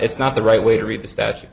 it's not the right way to read the stat